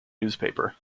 newspaper